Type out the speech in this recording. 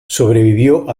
sobrevivió